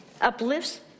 uplifts